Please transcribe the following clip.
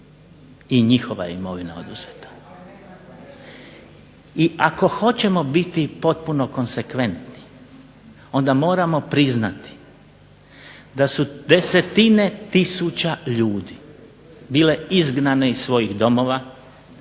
i njihova je imovina oduzeta. I ako hoćemo biti potpuno konsekventni onda moramo priznati da su desetine tisuća ljudi bile izgnane iz svojih domova,